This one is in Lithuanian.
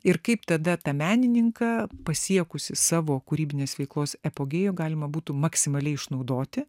ir kaip tada tą menininką pasiekusį savo kūrybinės veiklos apogėjų galima būtų maksimaliai išnaudoti